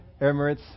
Emirates